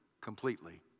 completely